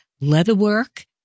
leatherwork